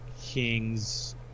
Kings